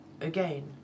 again